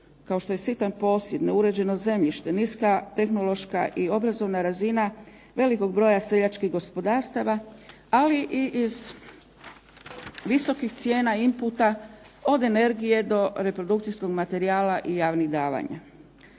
kao što je sitan posjed, neuređeno zemljište, niska tehnološka i obrazovna razina velikog broja seljačkih gospodarstava, ali i iz visokih cijena inpute od energije do reprodukcijskog materijala i javnih davanja.